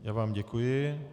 Já vám děkuji.